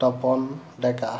Tapan Deka